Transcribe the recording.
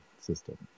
system